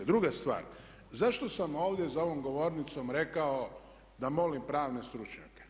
Druga stvar, zašto sam ovdje za ovom govornicom rekao da molim pravne stručnjake?